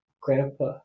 Grandpa